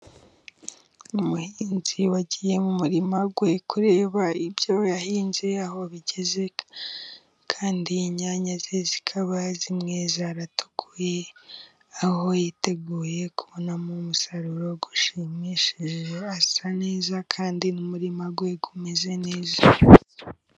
Umuhinzi wagiye mu murima kureba ibyo ahinze aho bigeze, kandi inyanya ze zikaba zimwe zaratukuye, aho yiteguye kubonamo umusaruro ushimishije, asa neza kandi n'umurima we umeze neza.